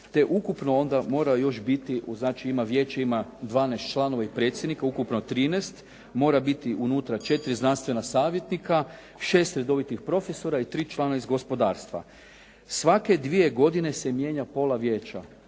ukupno onda mora još biti, znači vijeće ima 12 članova i predsjednik, ukupno 13. Mora biti unutra 4 znanstvena savjetnika, 6 redovitih profesora i 3 člana iz gospodarstva. Svake dvije godine se mijenja pola vijeća,